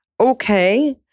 okay